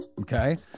Okay